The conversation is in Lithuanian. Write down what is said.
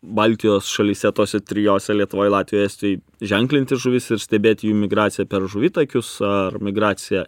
baltijos šalyse tose trijose lietuvoj latvijoj estijoj ženklinti žuvis ir stebėti jų migraciją per žuvitakius ar migraciją